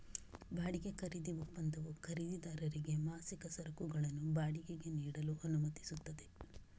ಬಾಡಿಗೆ ಖರೀದಿ ಒಪ್ಪಂದವು ಖರೀದಿದಾರರಿಗೆ ಮಾಸಿಕ ಸರಕುಗಳನ್ನು ಬಾಡಿಗೆಗೆ ನೀಡಲು ಅನುಮತಿಸುತ್ತದೆ